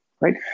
right